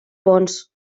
pons